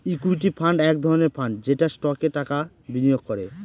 equity fund এক ধরনের fund যেটা স্টকে টাকা বিনিয়োগ করে